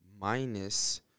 minus